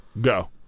Go